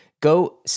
go